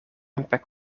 mpeg